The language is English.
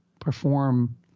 perform